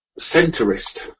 centrist